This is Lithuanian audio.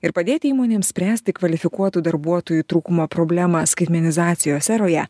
ir padėti įmonėm spręsti kvalifikuotų darbuotojų trūkumo problemą skaitmenizacijos eroje